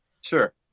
Sure